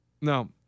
No